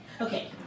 Okay